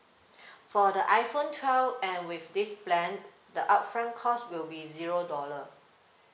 for the iPhone twelve and with this plan the upfront cost will be zero dollar